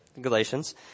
Galatians